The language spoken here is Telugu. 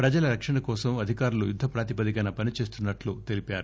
ప్రజల రక్షణ కోసం అధికారులు యుద్ద ప్రాతిపదికన పనిచేస్తున్నట్లు చెప్పారు